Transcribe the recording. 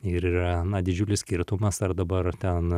ir yra na didžiulis skirtumas ar dabar ten